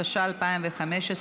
התשע"ה 2015,